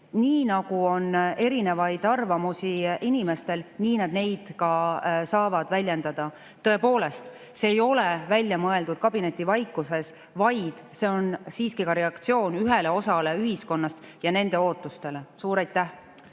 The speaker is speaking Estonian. Nii nagu on erinevaid arvamusi inimestel, nii nad neid ka saavad väljendada. Tõepoolest, see ei ole välja mõeldud kabinetivaikuses, vaid see on siiski ka reaktsioon ühele osale ühiskonnast ja nende ootustele. Aitäh